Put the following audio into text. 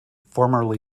formerly